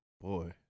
boy